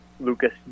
Lucas